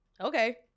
okay